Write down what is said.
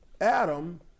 Adam